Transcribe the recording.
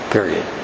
Period